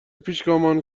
پیشگامان